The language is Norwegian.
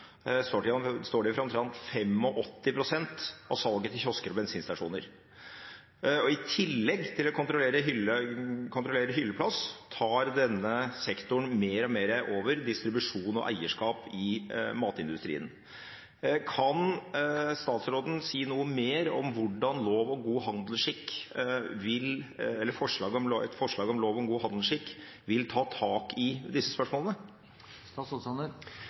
bensinstasjoner. I tillegg til å kontrollere hylleplass tar denne sektoren mer og mer over distribusjon og eierskap i matindustrien. Kan statsråden si noe mer om hvordan et forslag om lov om god handelsskikk vil ta tak i disse spørsmålene? Det er ikke naturlig at jeg svarer på det spørsmålet i